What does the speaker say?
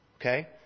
Okay